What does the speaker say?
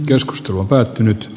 keskustelu on päättynyt